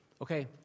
Okay